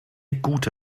gute